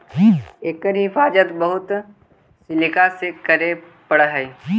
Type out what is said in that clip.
एकर हिफाज़त बहुत सलीका से करे पड़ऽ हइ